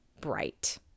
bright